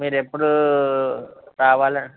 మీరు ఎప్పుడు రావాలి